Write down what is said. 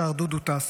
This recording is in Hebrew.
שר דודו טסה.